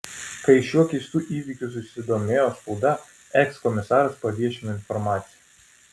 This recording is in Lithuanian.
kai šiuo keistu įvykiu susidomėjo spauda ekskomisaras paviešino informaciją